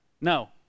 No